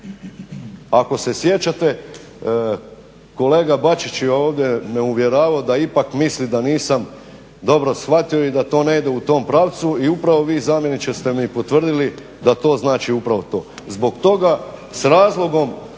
Ako se sjećate kolega Bačić me ovdje uvjeravao da ipak misli da nisam dobro shvatio i da to ne ide u tom pravcu i upravo vi zamjeniče ste mi potvrdili da to znači upravo to. Zbog toga s razlogom